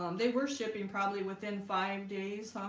um they were shipping probably within five days,